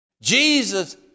Jesus